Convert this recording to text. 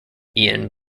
iain